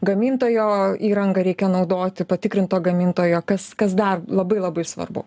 gamintojo įrangą reikia naudoti patikrinto gamintojo kas kas dar labai labai svarbu